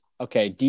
Okay